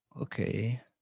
Okay